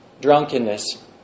drunkenness